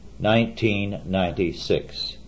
1996